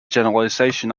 generalization